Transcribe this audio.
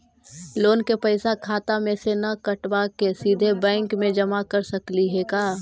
Loan के पैसा खाता मे से न कटवा के सिधे बैंक में जमा कर सकली हे का?